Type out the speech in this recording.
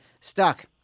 Stuck